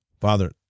Father